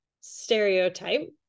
stereotype